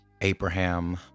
Abraham